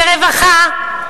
ברווחה,